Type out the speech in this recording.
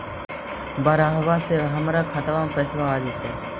बहरबा से हमर खातबा में पैसाबा आ जैतय?